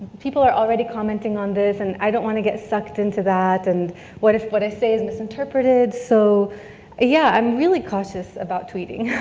people are already commenting on this and i don't wanna get sucked into that, and what if what i say is misinterpreted, so yeah, i'm really cautious about tweeting,